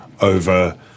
over